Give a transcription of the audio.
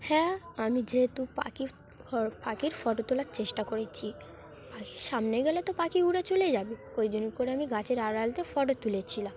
হ্যাঁ আমি যেহেতু পাখির ফ পাখির ফটো তোলার চেষ্টা করেছি পাখির সামনে গেলে তো পাখি উড়ে চলে যাবে ওই জন্য করে আমি গাছের আড়াল থেকে ফটো তুলেছিলাম